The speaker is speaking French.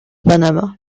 panama